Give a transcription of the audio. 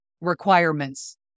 requirements